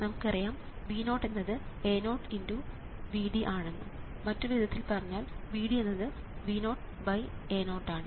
നമുക്കറിയാം V0 എന്നത് A0×Vd ആണെന്ന് മറ്റൊരു വിധത്തിൽ പറഞ്ഞാൽ Vd എന്നത് V0A0 ആണ്